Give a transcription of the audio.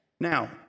Now